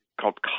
called